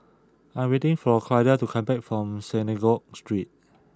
I am waiting for Clyda to come back from Synagogue Street